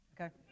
Okay